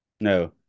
no